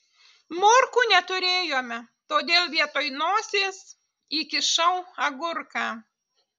morkų neturėjome todėl vietoj nosies įkišau agurką